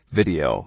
video